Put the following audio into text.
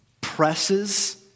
presses